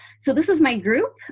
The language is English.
so this is my group.